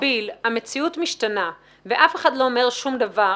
במקביל המציאות משתנה ואף אחד לא אומר שום דבר,